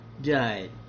died